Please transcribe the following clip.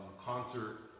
concert